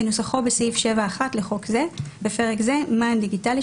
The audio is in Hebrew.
כנוסחו בסעיף 7(1) לחוק זה (בפרק זה מען דיגיטלי,